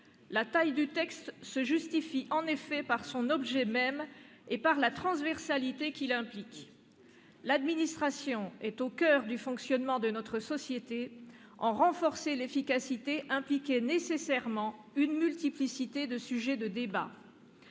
La taille du texte se justifie en effet par son objet même et par la transversalité qu'il implique. L'administration est au coeur du fonctionnement de notre société ; en renforcer l'efficacité impliquait nécessairement une multiplicité de sujets de débat.